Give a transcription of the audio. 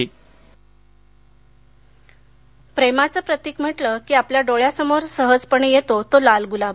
गलाव प्रेमाचं प्रतीक म्हटलं की आपल्या डोळ्यासमोर सहजपणे येतो तो लाल गुलाब